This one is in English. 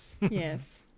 yes